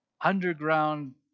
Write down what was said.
underground